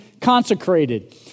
consecrated